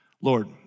Lord